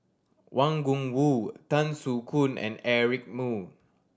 Wang Gungwu Tan Soo Khoon and Eric Moo